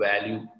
value